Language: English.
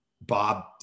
Bob